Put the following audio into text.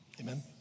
Amen